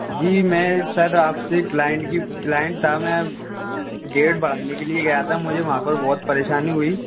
जी मैं सद आप से क्लाइंट की क्लाइंट था मैं डेट बढ़ाने के लिय गया था मुझे वहाँ पर बहुत परेशानी हुई